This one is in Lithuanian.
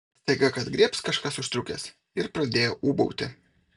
staiga kad griebs kažkas už striukės ir pradėjo ūbauti